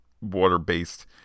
water-based